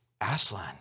Aslan